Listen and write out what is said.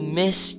miss